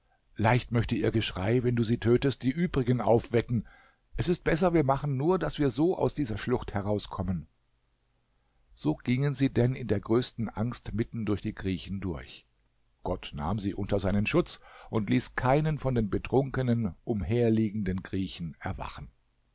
leicht möchte ihr geschrei wenn du sie tötest die übrigen aufwecken es ist besser wir machen nur daß wir so aus dieser schlucht herauskommen so gingen sie denn in der größten angst mitten durch die griechen durch gott nahm sie unter seinen schutz und ließ keinen von den betrunken umherliegenden griechen erwachen